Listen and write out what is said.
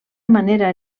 manera